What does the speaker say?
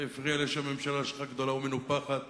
זה לא הפריע שיש לך ממשלה גדולה ומנופחת,